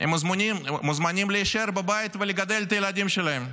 הם מוזמנים להישאר בבית ולגדל את הילדים שלהם.